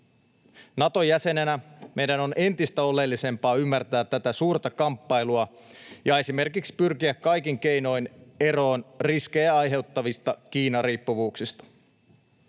Nato-jäsenenä meidän on entistä oleellisempaa ymmärtää tätä suurta kamppailua ja esimerkiksi pyrkiä kaikin keinoin eroon riskejä aiheuttavista Kiina-riippuvuuksista.